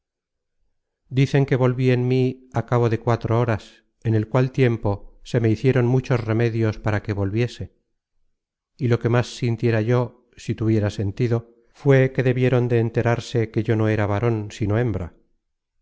dicen que volví en mí á cabo de cuatro horas en el cual tiempo se me hicieron muchos remedios para que volviese y lo que más sintiera yo si tuviera sentido fué que debieron de enterarse que yo no era varon sino hembra